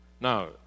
Now